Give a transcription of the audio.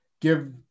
give